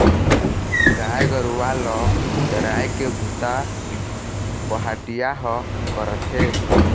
गाय गरूवा ल चराए के बूता पहाटिया ह करथे